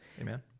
Amen